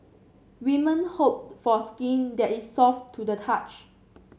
women hope for skin that is soft to the touch